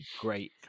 Great